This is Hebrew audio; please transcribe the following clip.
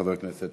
חבר הכנסת